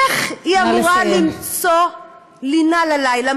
איך היא אמורה למצוא לינה ללילה?